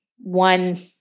One